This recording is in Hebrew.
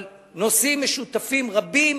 אבל נושאים משותפים רבים